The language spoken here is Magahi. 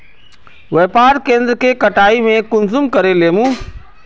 व्यापार केन्द्र के कटाई में कुंसम करे लेमु?